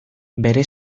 bere